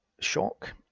shock